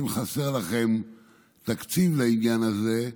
אם חסר לכם תקציב לעניין הזה,